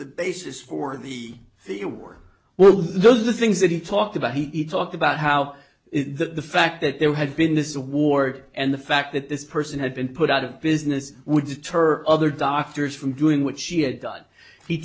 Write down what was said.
the basis for the it were or were those the things that he talked about he talked about how the fact that there had been this award and the fact that this person had been put out of business would deter other doctors from doing what she had done he